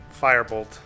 firebolt